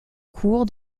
cours